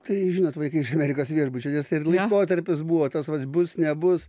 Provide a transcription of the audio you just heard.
tai žinot vaikai iš amerikos viešbučio ir laikotarpis buvo tas vat bus nebus